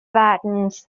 fattens